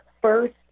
first